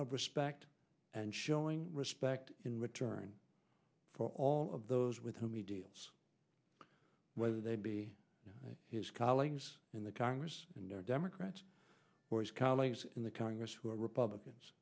of respect and showing respect in return for all of those with whom he deals whether they be his colleagues in the congress and democrats or his colleagues in the congress who are republicans